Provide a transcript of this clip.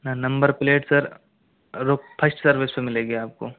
न number plate sir first service पे मिलेगी आप को